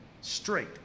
straight